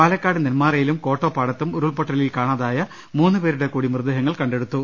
പാലക്കാട് നെന്മാറയിലും കോട്ടോപാടത്തും ഉരുൾപൊട്ടലിൽ കാണാതായ മൂന്ന് പേരുടെ കൂടി മൃതദേഹങ്ങൾ കണ്ടെടുത്തു